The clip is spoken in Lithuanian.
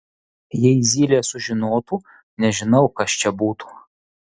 jei zylė sužinotų nežinau kas čia būtų